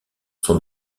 sont